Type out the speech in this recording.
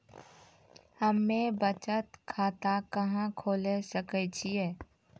हम्मे बचत खाता कहां खोले सकै छियै?